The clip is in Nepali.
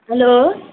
हेलो